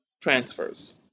transfers